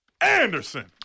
Anderson